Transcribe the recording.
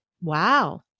Wow